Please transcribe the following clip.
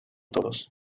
todos